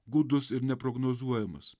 gūdus ir neprognozuojamas